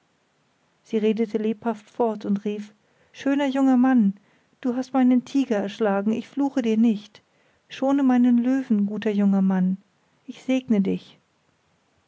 sie redete lebhaft fort und rief schöner junger mann du hast meinen tiger erschlagen ich fluche dir nicht schone meinen löwen guter junger mann ich segne dich